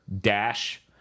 dash